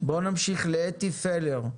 בואו נמשיך לאתי פלר,